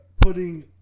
putting